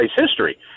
history